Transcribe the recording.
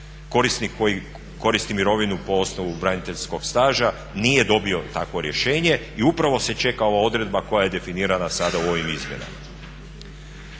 korisnik koji koristi mirovinu po osnovu braniteljskog staža nije dobio takvo rješenje i upravo se čeka ova odredba koja je definirana sada u ovim izmjenama.